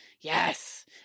yes